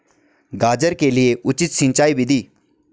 गाजर के लिए उचित सिंचाई विधि?